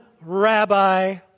rabbi